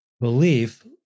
belief